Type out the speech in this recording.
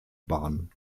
bahn